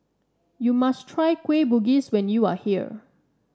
you must try Kueh Bugis when you are here